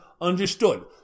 understood